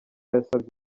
yasabye